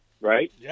right